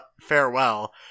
farewell